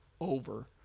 over